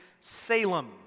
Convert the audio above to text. Salem